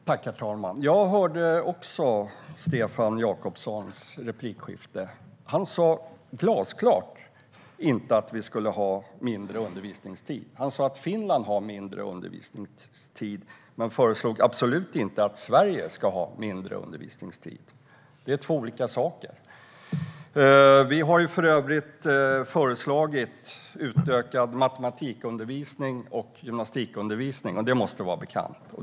Herr talman! Jag hörde också Stefan Jakobssons replikskifte. Han sa glasklart att det inte ska vara mindre undervisningstid. Han sa att Finland har mindre undervisningstid, men han föreslog absolut inte att Sverige ska ha mindre undervisningstid. Det är två olika saker. Sverigedemokraterna har för övrigt föreslagit utökad matematikundervisning och gymnastikundervisning, och det måste vara bekant.